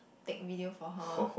take video for her